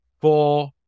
four